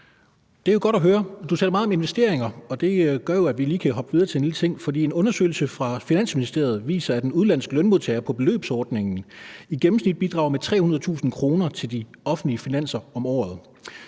Det er jo godt at høre. Du taler meget om investeringer, og det gør jo, at vi lige kan hoppe videre til en lille ting. For en undersøgelse fra Finansministeriet viser, at en udenlandsk lønmodtager på beløbsordningen i gennemsnit bidrager med 300.000 kr. til de offentlige finanser om året.